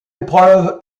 épreuve